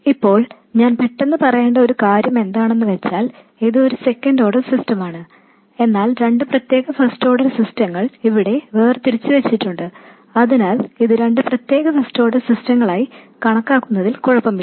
ഇപ്പോൾ ഞാൻ പെട്ടന്ന് പറയേണ്ട ഒരു കാര്യം എന്താണെന്നു വച്ചാൽ ഇത് ഒരു സെക്കൻഡ് ഓർഡർ സിസ്റ്റമാണ് എന്നാൽ രണ്ട് പ്രത്യേക ഫസ്റ്റ് ഓർഡർ സിസ്റ്റങ്ങൾ ഇവിടെ വേർതിരിച്ച് വച്ചിട്ടുണ്ട് അതിനാൽ ഇത് രണ്ട് പ്രത്യേക ഫസ്റ്റ് ഓർഡർ സിസ്റ്റങ്ങളായി കണക്കാക്കുന്നതിൽ കുഴപ്പമില്ല